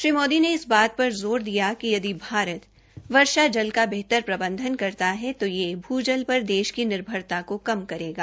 श्री मोदी ने इस बात पर ज़ोर दिया कि यदि भारत वर्ष जल का बेहतर प्रबंधन करता है तो यह भू जल पर देश की निर्भरता को कम करेगा